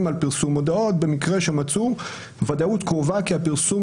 על פרסום מודעות במקרה שמצאו ודאות קרובה כי הפרסום